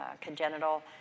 congenital